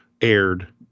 aired